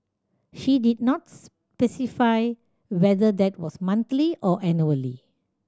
she did not specify whether that was monthly or annually